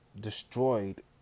destroyed